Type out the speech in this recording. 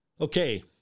Okay